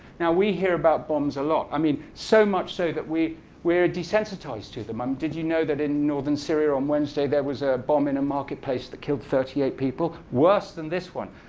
now we hear about bombs a lot, i mean, so much so that we we are desensitized to them. um did you know that in northern syria on wednesday there was a bomb in a marketplace that killed thirty eight people worse than this one?